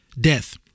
death